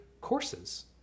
courses